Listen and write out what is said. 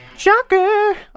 shocker